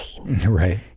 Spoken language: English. Right